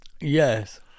Yes